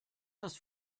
das